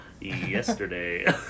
yesterday